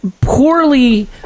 poorly